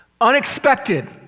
unexpected